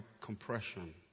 compression